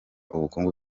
ubukungu